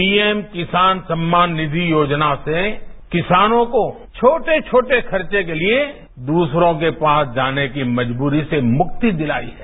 PM Kisan Samman Nidhi Yojana ने किसानों को छोटे छोटे खर्च के लिए दूसरों के पास जाने की मजबूरी से मुक्ति दिलाई है